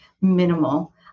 minimal